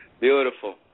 Beautiful